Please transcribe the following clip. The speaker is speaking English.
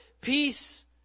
peace